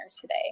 today